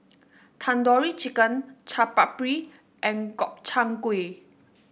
Tandoori Chicken Chaat Papri and Gobchang Gui